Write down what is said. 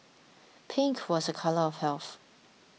pink was a colour of health